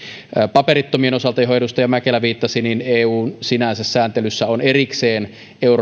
paperittomien osalta mihin edustaja mäkelä viittasi eun sääntelyssä on sinänsä erikseen eurodac